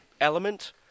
element